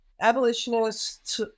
abolitionists